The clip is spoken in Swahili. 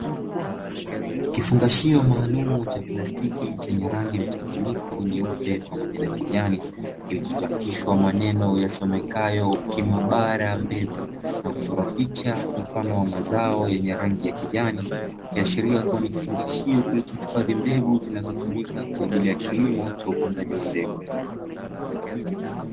Kifungashio maalumu cha plastiki chenye rangi mchanganyiko nyeupe pamoja na kijani, kilichochapishwa maneno yasomekayo kima bara mbegu, na kuchorwa picha mfano wa mazao yenye rangi ya kijani. Ikiashiria kuwa ni kifungashio kilichohifadhi mbegu zinazotumika kwa ajili ya kilimo cha upandaji wa mbegu.